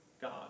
God